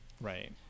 Right